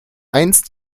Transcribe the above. einst